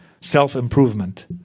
self-improvement